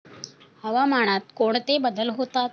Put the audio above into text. हवामानात कोणते बदल होतात?